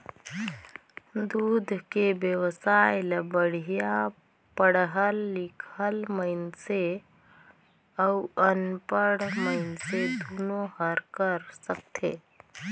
दूद के बेवसाय ल बड़िहा पड़हल लिखल मइनसे अउ अनपढ़ मइनसे दुनो हर कर सकथे